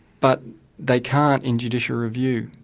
but they can't in judicial review.